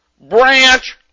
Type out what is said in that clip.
branch